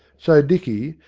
so dicky,